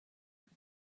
were